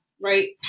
right